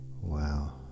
Wow